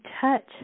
touch